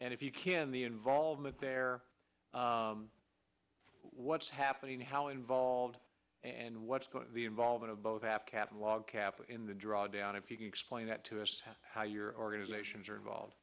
and if you can the involvement there what's happening how involved and what the involvement of both have kept a log cabin in the draw down if you can explain that to us how your organizations are involved